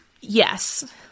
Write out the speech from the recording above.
Yes